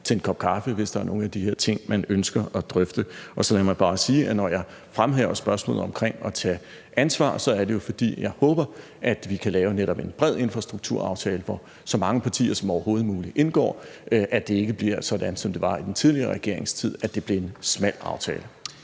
til en kop kaffe, hvis der er nogle af de her ting, man ønsker at drøfte. Og så lad mig bare sige, at når jeg fremhæver spørgsmålet om at tage ansvar, er det jo, fordi jeg håber, at vi netop kan lave en bred infrastrukturaftale, hvor så mange partier som overhovedet muligt indgår, så det ikke, som det var i den tidligere regerings tid, bliver en smal aftale.